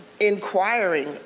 inquiring